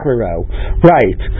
right